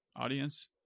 audience